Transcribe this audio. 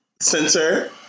center